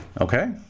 okay